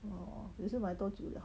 orh 也是买多久 liao